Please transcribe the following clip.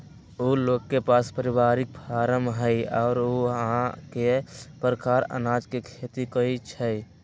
उ लोग के पास परिवारिक फारम हई आ ऊहा कए परकार अनाज के खेती होई छई